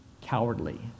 cowardly